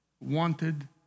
wanted